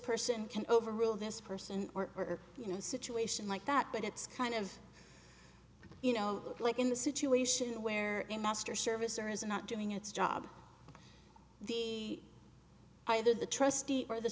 person can overrule this person or or you know situation like that but it's kind of you know like in the situation where in mr service or is not doing its job the either the trustee or the